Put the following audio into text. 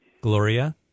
Gloria